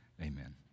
amen